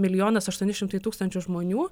milijonas aštuoni šimtai tūkstančių žmonių